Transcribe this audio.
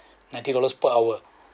ninety dollars per hour